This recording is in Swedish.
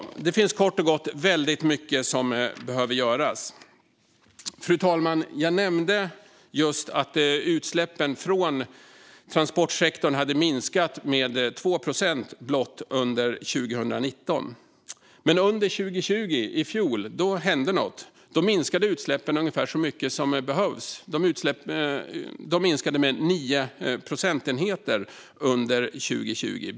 Det finns kort och gott väldigt mycket som behöver göras. Fru talman! Jag nämnde att utsläppen från tranpostsektorn hade minskat med blott 2 procent under 2019. Men under 2020, i fjol, hände något. Då minskade utsläppen ungefär så mycket som det behövs. De minskade med 9 procentenheter under 2020.